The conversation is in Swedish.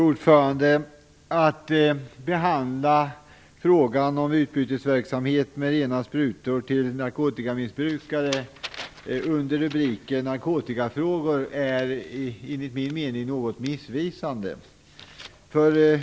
Fru talman! Att behandla frågan om utbytesverksamhet med rena sprutor till narkotikamissbrukare under rubriken Narkotikafrågor är enligt min mening något missvisande.